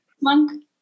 monk